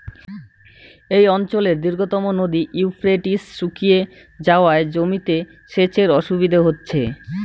এই অঞ্চলের দীর্ঘতম নদী ইউফ্রেটিস শুকিয়ে যাওয়ায় জমিতে সেচের অসুবিধে হচ্ছে